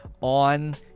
on